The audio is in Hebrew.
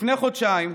לפני חודשיים,